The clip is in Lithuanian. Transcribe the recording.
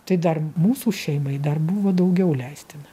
tai dar mūsų šeimai dar buvo daugiau leistina